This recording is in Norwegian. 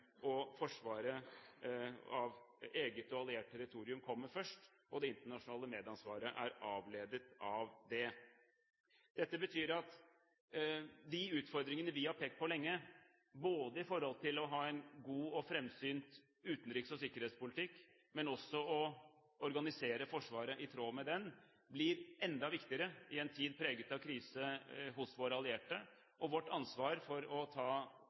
og forsvaret av eget og alliert territorium kommer først. Det internasjonale medansvaret er avledet av det. Dette betyr at de utfordringene vi har pekt på lenge, både når det gjelder å ha en god og fremsynt utenriks- og sikkerhetspolitikk og når det gjelder å organisere Forsvaret i tråd med den, blir enda viktigere i en tid preget av krise hos våre allierte. Og vårt ansvar for å ta